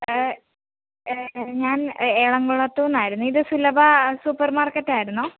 ഞാൻ എളംകുളത്തൂന്നായിരുന്നേ ഇത് സുലഭ സൂപ്പർ മാർക്കറ്റ് ആയിരുന്നോ